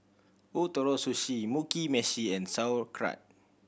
Ootoro Sushi Mugi Meshi and Sauerkraut